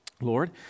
Lord